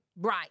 Right